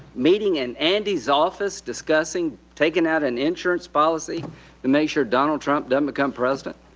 meeting in andy's office discussing taking out an insurance policy to make sure donald trump don't become president?